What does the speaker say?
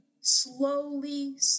slowly